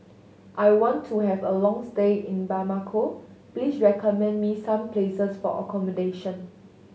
I want to have a long stay in Bamako please recommend me some places for accommodation